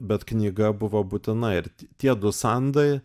bet knyga buvo būtina ir tie du sandai